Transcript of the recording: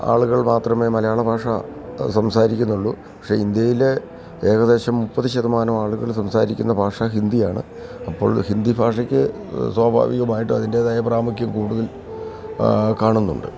ആളുകൾ മാത്രമേ മലയാള ഭാഷ സംസാരിക്കുന്നുള്ളൂ പക്ഷേ ഇന്ത്യയിലെ ഏകദേശം മുപ്പത് ശതമാനമാളുകള് സംസാരിക്കുന്ന ഭാഷ ഹിന്ദിയാണ് അപ്പോൾ ഹിന്ദി ഭാഷയ്ക്ക് സ്വാഭാവികമായിട്ട് അതിൻറ്റേതായ പ്രാമുഖ്യം കൂടുതൽ കാണുന്നുണ്ട്